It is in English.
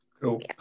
Cool